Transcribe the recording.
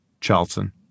Charlton